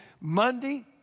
Monday